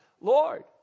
Lord